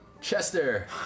Chester